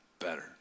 better